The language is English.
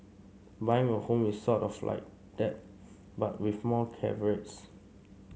buying a home is sort of like that but with more caveats